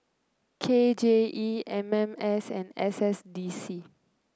K J E M M S and S S D C